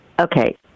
Okay